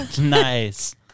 Nice